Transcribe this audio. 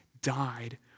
died